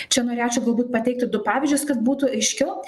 čia norėčiau galbūt pateikti du pavyzdžius kad būtų aiškiau